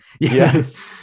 Yes